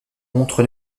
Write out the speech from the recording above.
montre